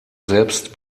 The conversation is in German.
selbst